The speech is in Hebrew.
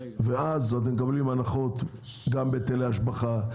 ואז תקבלו הנחות גם בהיטלי השבחה,